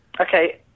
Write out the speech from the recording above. Okay